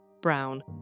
Brown